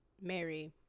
mary